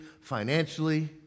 financially